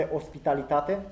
ospitalitate